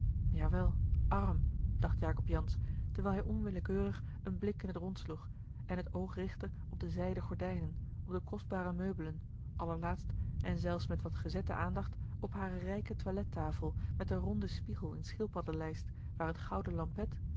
wel arm dacht jacob jansz terwijl hij onwillekeurig een blik in t rond sloeg en het oog richtte op de zijden gordijnen op de kostbare meubelen allerlaatst en zelfs met wat gezette aandacht op hare rijke toilettafel met den ronden spiegel in schildpadden lijst waar het gouden lampet